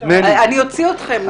אני אוציא רתכם.